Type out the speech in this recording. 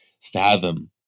fathom